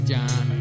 John